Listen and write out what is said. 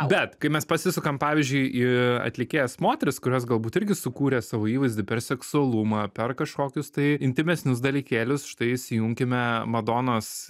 bet kai mes pasisukam pavyzdžiui į atlikėjas moteris kurios galbūt irgi sukūrė savo įvaizdį per seksualumą per kažkokius tai intymesnius dalykėlius štai įsijunkime madonos